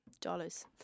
dollars